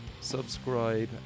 subscribe